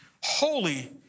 holy